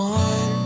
one